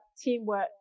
teamwork